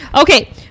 Okay